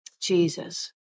Jesus